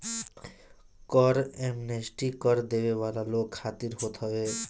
कर एमनेस्टी कर देवे वाला लोग खातिर होत हवे